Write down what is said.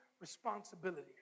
responsibility